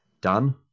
done